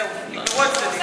זהו, נגמרו הצדדים.